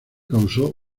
causó